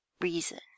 reason